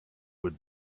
would